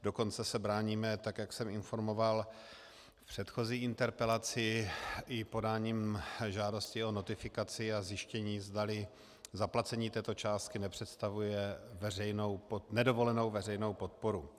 Dokonce se bráníme, tak jak jsem informoval v předchozí interpelaci, i podáním žádosti o notifikaci a zjištění, zdali zaplacení této částky nepředstavuje nedovolenou veřejnou podporu.